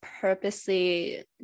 purposely